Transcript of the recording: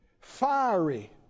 Fiery